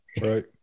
Right